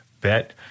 bet